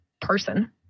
person